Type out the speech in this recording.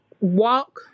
walk